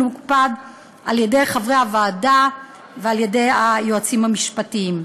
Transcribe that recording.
מוקפד על-ידי חברי הוועדה ועל-ידי היועצים המשפטיים.